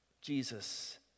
Jesus